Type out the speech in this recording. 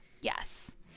yes